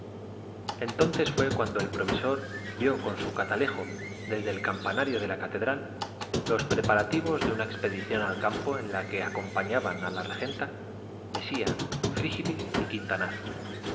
entonces fue cuando el provisor vio con su catalejo desde el campanario de la catedral los preparativos de una expedición al campo en la que acompañaban a la regenta mesía frígilis y quintanar